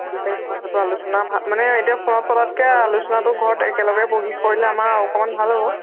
গোটাই কথাটো আলোচনা মানে এতিয়া ফোনত কৰাতকৈ আলোচনাটো ঘৰত একেলগে বহি কৰিলে আমাৰ অকণমান ভাল হ'ব